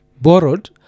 borrowed